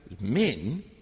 men